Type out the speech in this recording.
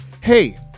hey